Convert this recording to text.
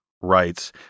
writes